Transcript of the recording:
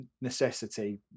necessity